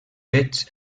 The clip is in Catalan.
fets